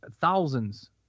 thousands